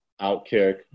Outkick